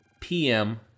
PM